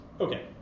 Okay